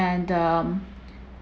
and um